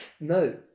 No